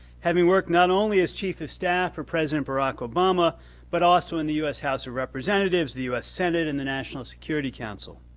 having worked not only as chief of staff for president barack obama but also in the u s. house of representatives, the u s. senate, and the national security council.